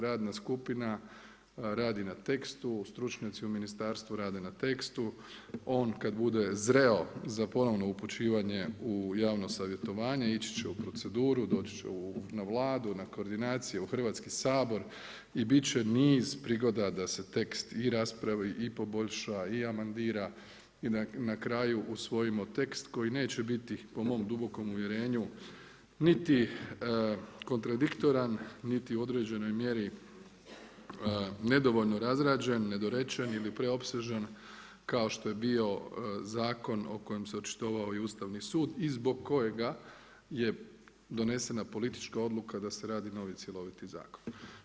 Radna skupina radi na tekstu, stručnjaci u ministarstvu rade na tekstu, on kada bude zreo za ponovno upućivanje u javno savjetovanje, ići će u proceduru, doći će u Vladu na koordinacije u Hrvatski sabor i bit će niz prigoda da se tekst i raspravi i poboljša i amandira i na kraju usvojimo tekst koji neće biti po mom dubokom uvjerenju niti kontradiktoran niti u određenoj mjeri nedovoljno razrađen, nedorečen ili preopsežan kao što je bio zakon o kojem se očitovao i Ustavni sud i zbog kojega je donesena politička odluka da se radi novi cjeloviti zakon.